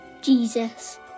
Jesus